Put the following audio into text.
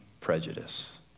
prejudice